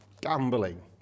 gambling